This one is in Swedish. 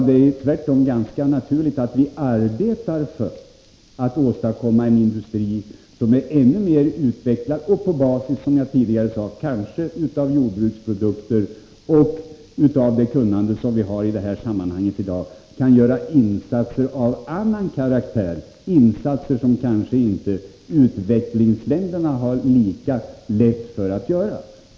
Det är ju tvärtom ganska naturligt att vi arbetar för att åstadkomma en industri som är ännu mer utvecklad. På basis av kanske jordbruksprodukter och av det kunnande vi har i detta sammanhang i dag kan vi måhända göra insatser av annan karaktär, insatser som u-länderna inte har lika lätt att göra.